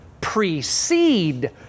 precede